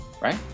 Right